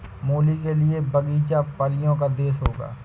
मूली के लिए बगीचा परियों का देश होगा